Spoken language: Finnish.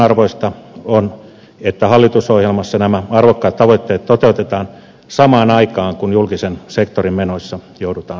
huomionarvoista on että hallitusohjelmassa nämä arvokkaat tavoitteet toteutetaan samaan aikaan kun julkisen sektorin menoissa joudutaan säästämään